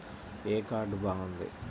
ఏ card బాగుంది?